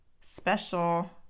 special